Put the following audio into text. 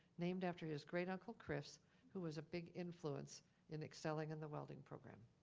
named after his great uncle chris who was a big influence in excelling in the welding program.